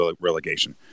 relegation